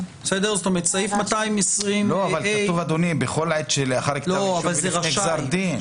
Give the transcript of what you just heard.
אבל כתוב: בכל עת שלאחר כתב אישום ולפני גזר דין,